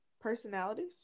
personalities